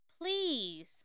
please